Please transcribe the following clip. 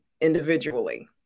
individually